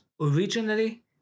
originally